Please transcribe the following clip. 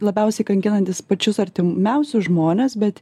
labiausiai kankinantis pačius artimiausius žmones bet